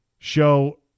show